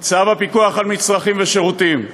צו הפיקוח על מצרכים ושירותים,